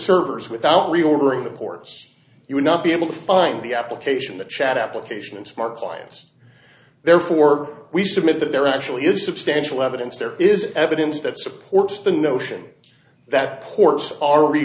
servers without reordering the ports you would not be able to find the application the chat application and smart clients therefore we submit that there actually is substantial evidence there is evidence that supports the notion that ports are